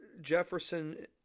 Jefferson